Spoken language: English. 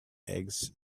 eggs